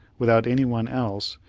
without any one else,